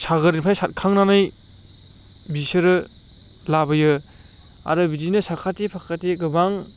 सागोरनिफ्राय सारखांनानै बिसोरो लाबोयो आरो बिदिनो साखाथि फाखाथि गोबां